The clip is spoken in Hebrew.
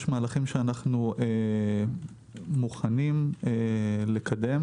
יש מהלכים שאנחנו מוכנים לקדם.